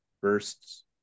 first